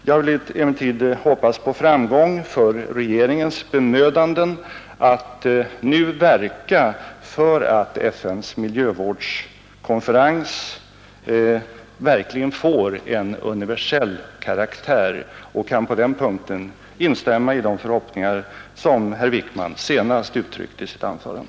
Jag vill emellertid hoppas på framgång för de bemödanden av regeringen som utrikesministern här antytt så att konferensen verkligen får en universell karaktär. På den punkten instämmer jag i de förhoppningar som herr Wickman uttryckte i sitt senaste anförande.